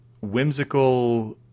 whimsical